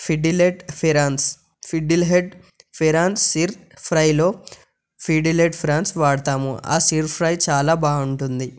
fiddleheads prawns fiddleheads prawns ఫ్రైలో fiddleheads prawns వాడతాము fiddleheads fry చాలా బాగుంటుంది